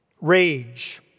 rage